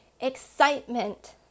excitement